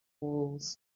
walls